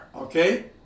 Okay